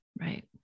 Right